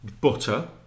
butter